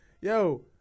yo